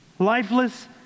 lifeless